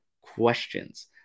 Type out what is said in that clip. questions